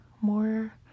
more